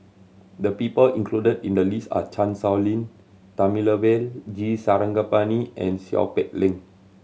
the people included in the list are Chan Sow Lin Thamizhavel G Sarangapani and Seow Peck Leng